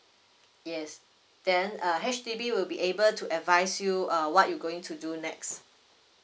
yes then uh H_D_B will be able to advise you uh what you going to do next